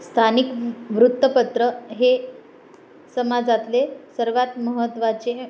स्थानिक वु वृत्तपत्र हे समाजातले सर्वांत महत्त्वाचे